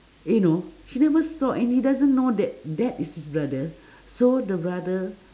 you know she never saw and he doesn't know that that is his brother so the brother